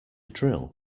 drill